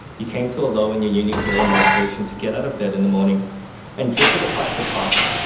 you came to a low in your unique career motivation to get out of bed in the morning and dreaded the fight for parking.